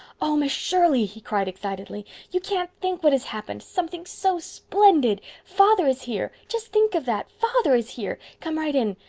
oh, miss shirley, he cried excitedly, you can't think what has happened! something so splendid. father is here. just think of that! father is here! come right in.